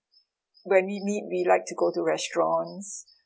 when we meet we like to go to restaurants